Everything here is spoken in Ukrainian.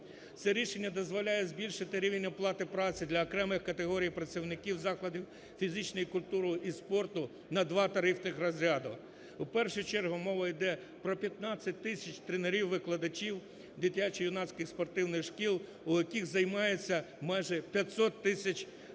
Це рішення дозволяє збільшити рівень оплати праці для окремих категорій працівників закладів фізичної культури і спорту на два тарифні розряди. В першу чергу мова йде про 15 тисяч тренерів-викладачів дитячо-юнацьких спортивних шкіл, в яких займається майже 500 тисяч юних